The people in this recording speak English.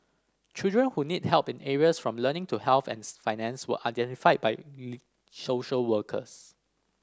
children who need help in areas from learning to health and finance were identified by social workers